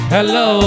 Hello